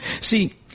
See